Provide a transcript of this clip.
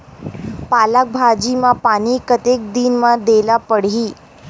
पालक भाजी म पानी कतेक दिन म देला पढ़ही?